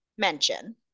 mention